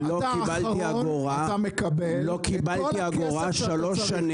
שלום, קוראים לי ניסים סרוסי